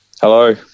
Hello